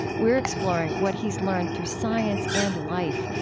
we're exploring what he's learned through science and life,